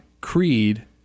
Creed